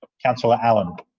councillor allan